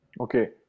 Okay